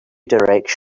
direction